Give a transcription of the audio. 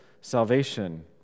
salvation